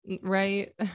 Right